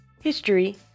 history